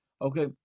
Okay